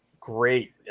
great